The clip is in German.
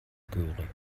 göre